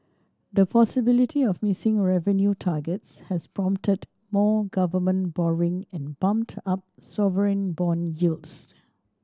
the possibility of missing revenue targets has prompted more government borrowing and bumped up sovereign bond yields